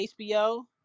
HBO